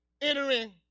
entering